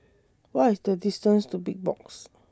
What IS The distance to Big Box